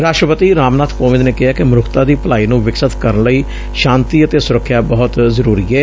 ਰਾਸ਼ਟਰਪਤੀ ਰਾਮ ਨਾਬ ਕੋਵਿੰਦ ਨੇ ਕਿਹੈ ਕਿ ਮਨੁੱਖਤਾ ਦੀ ਭਲਾਈ ਨੂੰ ਵਿਕਸਤ ਕਰਨ ਲਈ ਸ਼ਾਂਤੀ ਅਤੇ ਸੁਰੱਖਿਆ ਬਹੁਤ ਜ਼ਰੁਰੀ ਏ